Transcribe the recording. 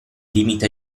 limita